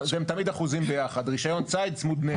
הם תמיד אחוזים ביחד, רישיון ציד צמוד נשק.